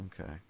Okay